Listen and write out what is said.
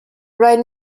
right